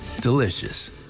delicious